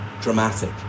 dramatic